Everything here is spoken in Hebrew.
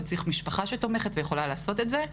צריך משפחה שתומכת ויכולה לעשות את זה.